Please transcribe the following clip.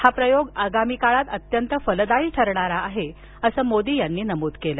हा प्रयोग आगामी काळात अत्यंत फलदायी ठरणारा आहे असं मोदी यांनी नमूद केलं